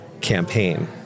campaign